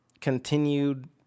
continued